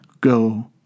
Go